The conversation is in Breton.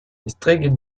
estreget